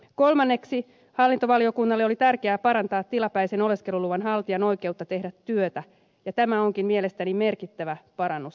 kolmanneksi hallintovaliokunnalle oli tärkeää parantaa tilapäisen oleskeluluvanhaltijan oikeutta tehdä työtä ja tämä onkin mielestäni merkittävä parannus nykytilanteeseen